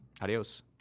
adios